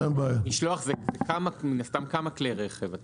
מן הסתם משלוח זה כמה כלי רכב.